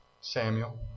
Samuel